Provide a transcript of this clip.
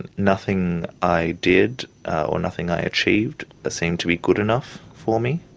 and nothing i did or nothing i achieved seemed to be good enough for me.